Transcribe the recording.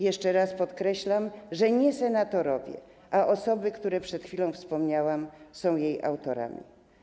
Jeszcze raz podkreślam, że nie senatorowie, a osoby, o których przed chwilą wspomniałam, są jej autorami.